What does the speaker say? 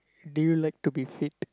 do you like to be fit